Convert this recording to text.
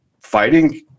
fighting